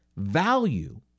Value